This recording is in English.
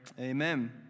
Amen